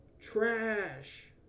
Trash